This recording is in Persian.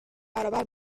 برابر